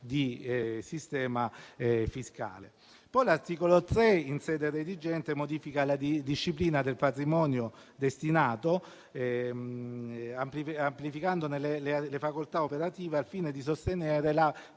di sistema fiscale. Poi l'articolo 3, in sede redigente, modifica la disciplina del patrimonio destinato amplificandone le facoltà operative, al fine di sostenere la